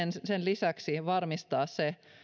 sen lisäksi varmistaa se